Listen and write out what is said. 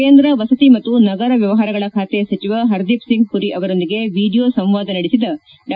ಕೇಂದ್ರ ವಸತಿ ಮತ್ತು ನಗರ ವ್ಯವಹಾರಗಳ ಖಾತೆ ಸಚಿವ ಹರ್ದೀಪ್ ಸಿಂಗ್ ಪುರಿ ಅವರೊಂದಿಗೆ ವೀಡಿಯೊ ಸಂವಾದ ನಡೆಸಿದ ಡಾ